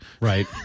right